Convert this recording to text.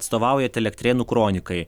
atstovaujat elektrėnų kronikai